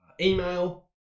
email